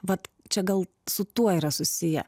vat čia gal su tuo yra susiję